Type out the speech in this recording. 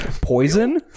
Poison